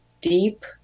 deep